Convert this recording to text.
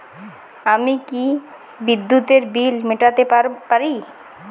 আমি কি বিদ্যুতের বিল মেটাতে পারি?